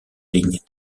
lignes